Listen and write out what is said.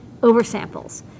oversamples